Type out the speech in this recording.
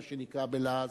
מה שנקרא בלעז,